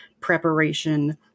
preparation